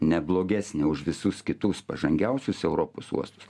ne blogesnė už visus kitus pažangiausius europos uostus